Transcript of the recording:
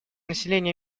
населения